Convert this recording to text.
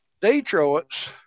Detroit's